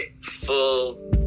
full